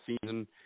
season